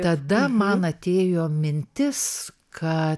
tada man atėjo mintis kad